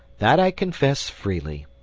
that i confess freely.